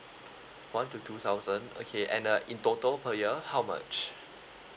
one to two thousand okay and uh in total per year how much